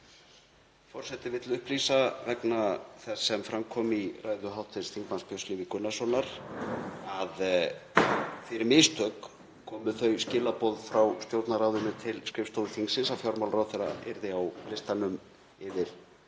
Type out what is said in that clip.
Forseti vill upplýsa, vegna þess sem fram kom í ræðu hv. þm. Björns Levís Gunnarssonar, að fyrir mistök komu þau skilaboð frá Stjórnarráðinu til skrifstofu þingsins að fjármálaráðherra yrði á listanum yfir